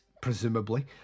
presumably